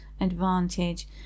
advantage